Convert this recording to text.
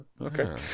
okay